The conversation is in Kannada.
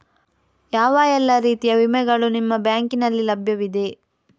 ಯಾವ ಎಲ್ಲ ರೀತಿಯ ವಿಮೆಗಳು ನಿಮ್ಮ ಬ್ಯಾಂಕಿನಲ್ಲಿ ಲಭ್ಯವಿದೆ?